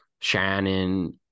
Shannon